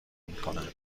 میکند